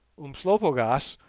umslopogaas,